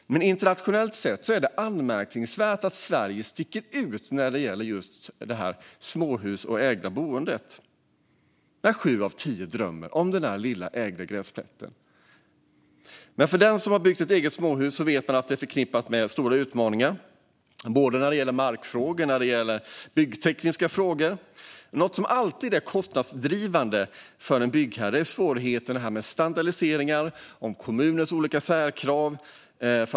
Men internationellt sett sticker Sverige ut på ett anmärkningsvärt sätt när det gäller just småhus och ägt boende, trots att sju av tio drömmer om den lilla ägda gräsplätten. Den som har byggt ett eget småhus vet att det är förknippat med stora utmaningar när det gäller både markfrågor och byggtekniska frågor. Något som alltid är kostnadsdrivande för en byggherre är svårigheter med standardisering och effektivt bostadsbyggande.